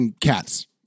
cats